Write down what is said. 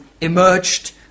emerged